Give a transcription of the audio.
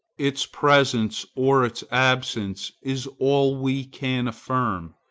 its presence or its absence is all we can affirm.